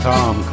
Tom